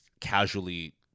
casually